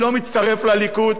אני לא מצטרף לליכוד,